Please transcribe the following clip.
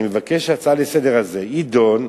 אני מבקש שההצעה הזאת לסדר-היום תידון,